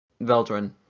Veldrin